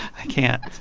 i can't.